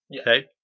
Okay